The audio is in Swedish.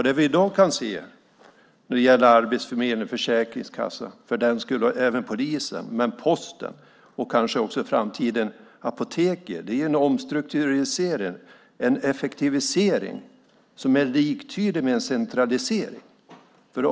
Det vi i dag kan se när det gäller arbetsförmedling, försäkringskassa och kanske polis, men också post och i framtiden även apotek, är en omstrukturering och en effektivisering som är liktydig med centralisering.